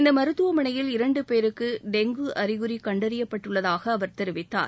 இந்த மருத்துவமனையில் இரண்டு பேருக்கு டெங்கு அறிகுறி கண்டறியப்பட்டுள்ளதாக அவர் தெரிவித்தார்